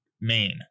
main